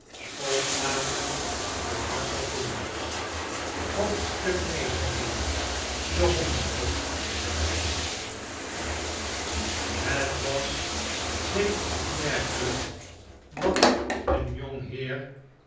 de hondsvot het was zeker opmerkelijk dat een jongheer die